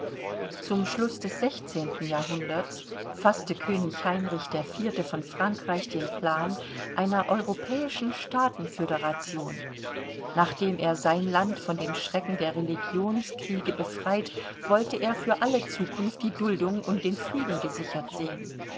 zum schluß des sechzehnten jahrhunderts faßte könig heinrich iv von frankreich den plan einer europäischen staatenföderation nachdem er sein land von den schrecken der religionskriege befreit wollte er für alle zukunft die duldung und den frieden gesichert sehen